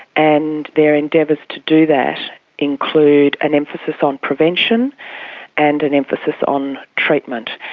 and their endeavours to do that include an emphasis on prevention and an emphasis on treatment.